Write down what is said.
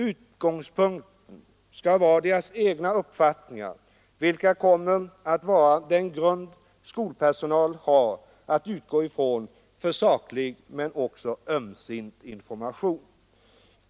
Utgångspunkten skall vara deras egna uppfattningar, vilka kommer att vara den grund skolpersonal har att utgå ifrån för en saklig men också ömsint information.